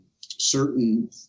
certain